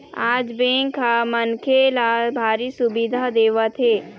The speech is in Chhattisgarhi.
आज बेंक ह मनखे ल भारी सुबिधा देवत हे